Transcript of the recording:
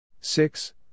Six